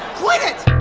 quit it!